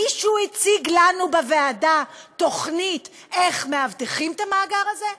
מישהו הציג לנו בוועדה תוכנית איך מאבטחים את המאגר הזה?